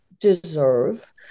deserve